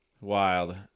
Wild